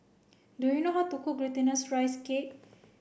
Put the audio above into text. do you know how to cook glutinous rice cake